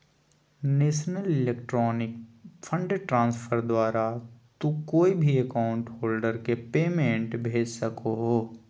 national electronic fund transfer द्वारा तू कोय भी अकाउंट होल्डर के पेमेंट भेज सको हो